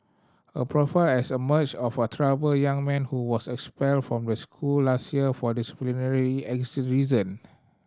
a profile has emerged of a troubled young man who was expelled from the school last year for the disciplinary reason